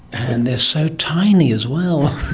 and they're so tiny as well.